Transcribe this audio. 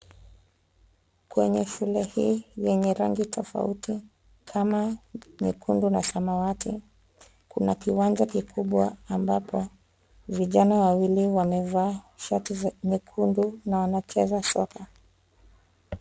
Kwenye shule hii yenye rangi tofauti kama nyekundu na samawati, kuna kiwanja kikubwa ambapo vijana Wawili wamevaa shati za nyekundu na wanachezea soka.